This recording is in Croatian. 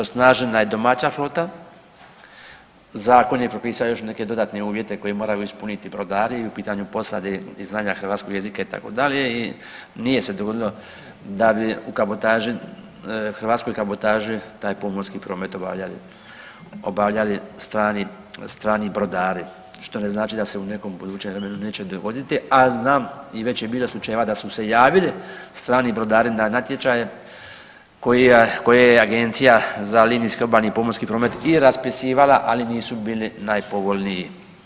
Osnažena je domaća flota, zakon je propisao još neke dodatne uvjete koje moraju ispuniti brodari i u pitanju posade i znanja hrvatskog jezika itd. i nije se dogodilo da bi u kabotaži, hrvatskoj kabotaži taj pomorski promet obavljali, obavljali strani, strani brodari, što ne znači da se u nekom budućem vremenu neće dogoditi, a znam i već je bilo slučajeva da su se javili strani brodari na natječaje koji je, koje je Agencija za linijski obalski pomorski promet i raspisivala, ali nisu bili najpovoljniji.